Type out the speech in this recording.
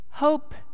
Hope